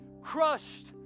crushed